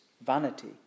vanity